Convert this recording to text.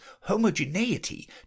homogeneity